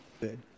Good